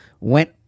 went